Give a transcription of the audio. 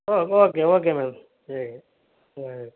ஓ okay okay madam சரிங்க சரி